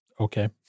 okay